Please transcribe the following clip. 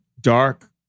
dark